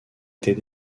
était